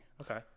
okay